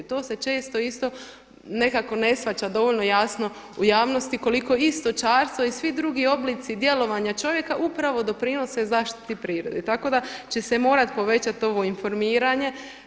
To se često isto nekako ne shvaća dovoljno jasno u javnosti koliko i stočarstvo i svi drugi oblici djelovanja čovjeka upravo doprinose zaštiti prirode, tako da će se morati povećati ovo informiranje.